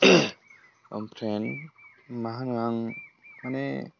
ओमफ्राय मा होनो आं माने